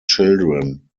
children